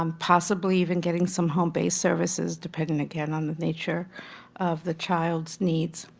um possibly even getting some home-based services depending again on the nature of the child's needs.